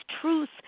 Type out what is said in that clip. truth